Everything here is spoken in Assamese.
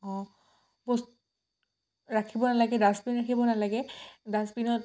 অঁ বচ ৰাখিব নালাগে ডাষ্টবিণ ৰাখিব নালাগে ডাষ্টবিণত